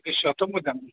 उदेस्सआथ' मोजां